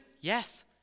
Yes